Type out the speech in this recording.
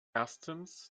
erstens